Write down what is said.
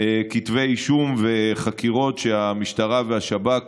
כתבי אישום וחקירות שהמשטרה והשב"כ